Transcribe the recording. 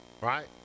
right